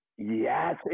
yes